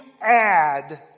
add